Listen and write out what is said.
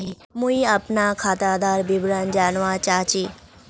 मुई अपना खातादार विवरण जानवा चाहची?